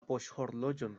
poŝhorloĝon